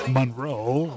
Monroe